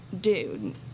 dude